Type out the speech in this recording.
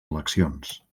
eleccions